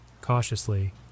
Cautiously